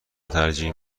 ترجیح